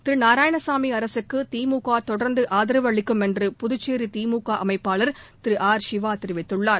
திரு நாராயணசாமி அரசுக்கு திமுக தொடர்ந்து ஆதரவு அளிக்கும் என்று புதுச்சேி திமுக அமைப்பாளர் திரு ஆர் சிவா தெரிவித்துள்ளார்